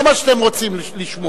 לא מה שאתם רוצים לשמוע.